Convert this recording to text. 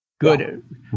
good